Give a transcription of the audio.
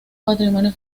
patrimonio